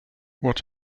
what